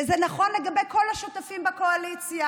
וזה נכון לגבי כל השותפים בקואליציה,